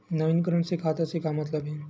नवीनीकरण से खाता से का मतलब हे?